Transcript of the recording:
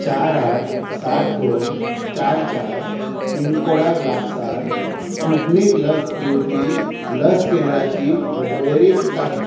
चार आठ सात दोन चार चार पिनकोडाक लागसार स्पुटनीक लस दिवपी लस केंद्रांची व वळेरी दाखय